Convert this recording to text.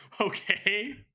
Okay